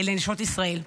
לנשות ישראל.